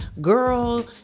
girl